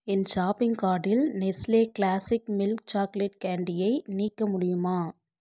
என் shopping கார்ட்டில் Nestle classic milk chocolate கேன்டியை நீக்க முடியுமா